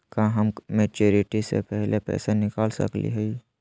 का हम मैच्योरिटी से पहले पैसा निकाल सकली हई?